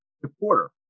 supporter